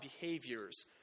behaviors